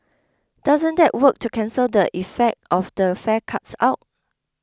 doesn't that work to cancel the effect of the fare cuts out